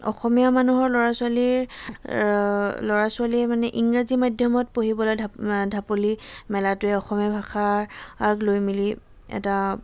অসমীয়া মানুহৰ ল'ৰা ছোৱালীৰ ল'ৰা ছোৱালীয়ে মানে ইংৰাজী মাধ্যমত পঢ়িবলৈ ঢা ঢাপলি মেলাটোৱে অসমীয়া ভাষাৰ লৈ মেলি এটা